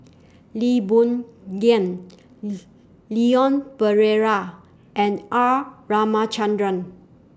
Lee Boon Ngan Leon Perera and R Ramachandran